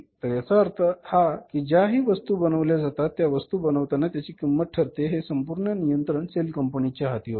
तर याचा अर्थ हा कि ज्या हि वस्तू बनवल्या जातात व वस्तू बनवताना त्याची जी किंमत ठरते हे संपूर्ण नियंत्रण सेल कंपनी च्या हाती होते